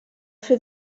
fer